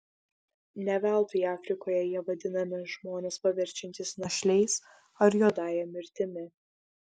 ne veltui afrikoje jie vadinami žmones paverčiantys našliais ar juodąja mirtimi